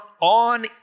on